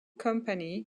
company